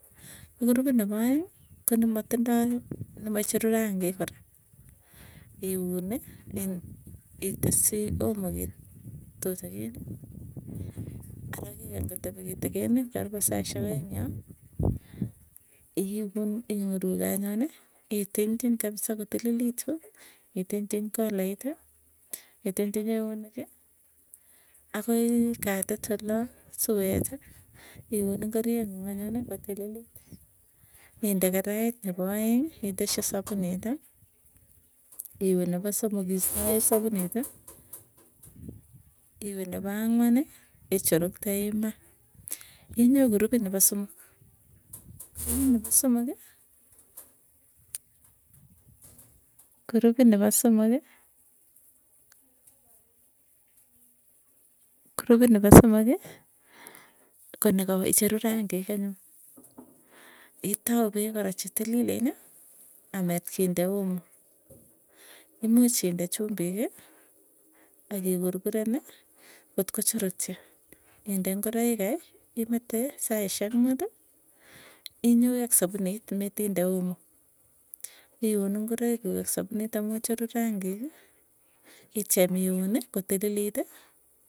Ing kurupit nepo aeng'ii konematindoi nemaicheru rangiik, kora iuni iteschi omo tutkini, arok igany kotepi kitikini karipu saisyek aeng yoo. Ipun inguruke anyuni itinytiny kapsa kotililitu, itinytiny kolait itinytinye euneki, agoi katit6 oloo suet iun ingoriet nguung anyun kotolilit. Inde karait nepo aeng'ii iteschi sapunit iwee nepo somok itaee sapuniti, iwee nepo angwani ichuirukte imaa, inyoo kurupit nepo somok. Kurupit nepo somoki, kurupit nepo somoki konekaicheru rangiik anyun. Itau peek chetililieni a matkini omo komuuch inde chumbiki, akikurkureni kotkochorotchi inde ngoroik kai imete saisyek muuti inyoo ak sapunit metinde omo iun ngoroik kuuk ak sapunitamu icheru rangiik, itiem iuni kotililiti.